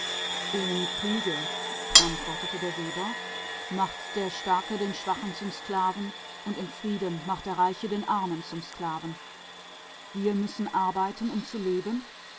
im kriege antwortete der weber machen die starken die schwachen zu sklaven und im frieden machen die reichen die armen zu sklaven wir müssen arbeiten um zu leben